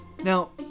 now